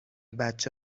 بچه